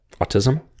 Autism